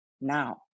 now